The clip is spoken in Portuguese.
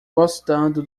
gostando